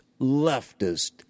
leftist